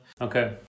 Okay